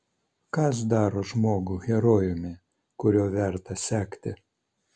kas daro žmogų herojumi kuriuo verta sekti